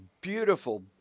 beautiful